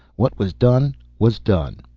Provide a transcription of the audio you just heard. what was done was done.